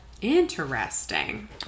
Interesting